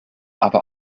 aber